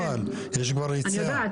אני יודעת,